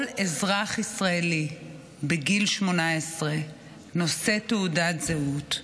כל אזרח ישראלי בגיל 18 הנושא תעודת זהות,